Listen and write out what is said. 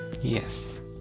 yes